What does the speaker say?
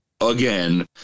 again